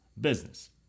business